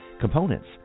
Components